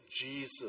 Jesus